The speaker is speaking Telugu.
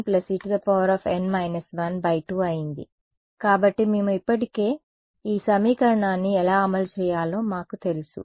కాబట్టి మేము ఇప్పటికే కాబట్టి ఈ సమీకరణాన్నిఎలా అమలు చేయాలో మాకు తెలుసు